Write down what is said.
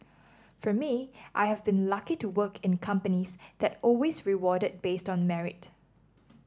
for me I have been lucky to work in companies that always rewarded based on merit